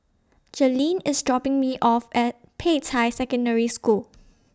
Jalynn IS dropping Me off At Peicai Secondary School